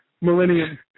Millennium